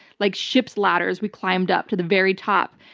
like ship ladders. we climbed up to the very top.